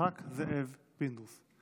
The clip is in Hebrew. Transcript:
זאב פינדרוס.